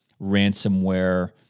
ransomware